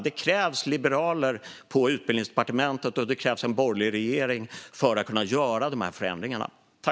Det krävs liberaler på Utbildningsdepartementet och en borgerlig regering för att göra de här förändringarna.